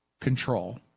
control